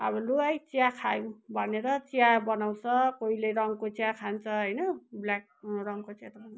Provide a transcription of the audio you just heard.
अब लु है चिया खाउँ भनेर चिया बनाउँछ कोहीले रङको चिया खान्छ होइन ब्ल्याक रङको चिया त